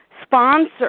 sponsor